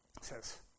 says